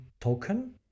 token